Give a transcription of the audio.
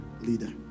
leader